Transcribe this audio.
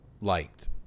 liked